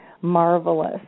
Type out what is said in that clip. marvelous